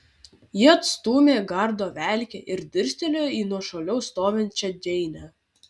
ji atstūmė gardo velkę ir dirstelėjo į nuošaliau stovinčią džeinę